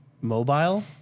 mobile